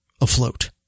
afloat